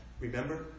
Remember